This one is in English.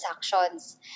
transactions